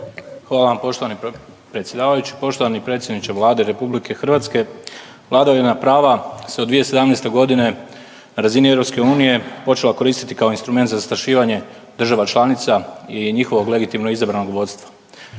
Hvala vam poštovani predsjedavajući. Poštovani predsjedniče Vlade RH. Vladavina prava se od 2017.g. na razini EU počela koristiti kao instrument za zastrašivanje država članica i njihovog legitimno izabranog vodstva.